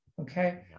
okay